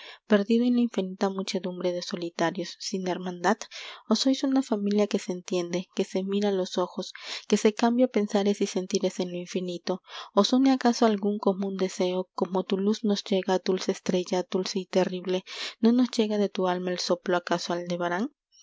perdido en la infinita muchedumbre de solitarios sin hermandad o sois una familia que se entiende que se mira los ojos que se cambia pensares y sentires en lo infinito os une acaso algún común deseo como tu luz nos llega dulce estrella dulce y terrible no nos llega de tu alma el soplo acaso aldebarán